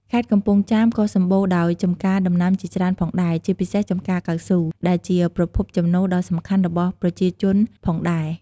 ខេត្តកំពង់ចាមក៏សម្បូរដោយចំការដំណាំជាច្រើនផងដែរ ជាពិសេសចំការកៅស៊ូ ដែលជាប្រភពចំណូលដ៏សំខាន់របស់ប្រជាជនផងដែរ។